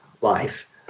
life